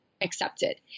accepted